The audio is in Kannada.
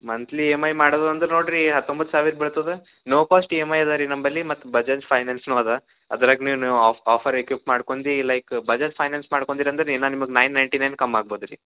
ಮಂತ್ಲಿ ಈ ಎಮ್ ಐ ಮಾಡೋದು ಒಂದು ನೋಡ್ರಿ ಹತ್ತೊಂಬತ್ತು ಸಾವಿರ ಬೀಳ್ತದ no cost E M I ಅದ ರೀ ನಂಬಲ್ಲಿ ಮತ್ತು ಬಜಾಜ್ ಫೈನಾನ್ಸ್ನು ಅದ ಅದ್ರಾಗ್ನು ನೀವು ಆಫ್ ಆಫರ್ ಎಕ್ಯುಪ್ ಮಾಡ್ಕೊಂದಿ ಲೈಕ್ ಬಜಾಜ್ ಫೈನಾನ್ಸ್ ಮಾಡ್ಕೊಂದಿರ ಅಂದ್ರ ದಿನ ನಿಮ್ಗ ನೈನ್ ನೈನ್ಟಿ ನೈನ್ ಕಮ್ ಆಗ್ಬೋದು ರೀ